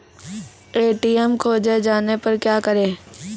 ATM खोजे जाने पर क्या करें?